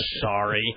sorry